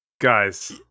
Guys